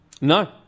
No